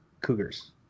cougars